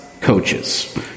coaches